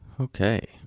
Okay